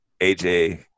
AJ